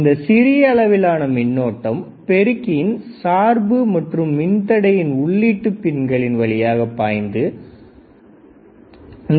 இந்த சிறிய அளவிலான மின்னோட்டம் பெருக்கியின் சார்பு மற்றும் மின்தடையின் உள்ளீட்டுப் பின்களின் வழியாக பாய்ந்து கொண்டிருக்கும்